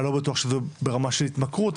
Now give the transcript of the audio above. אני לא בטוח שזה ברמה של התמכרות,